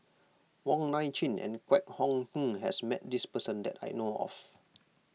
Wong Nai Chin and Kwek Hong Png has met this person that I know of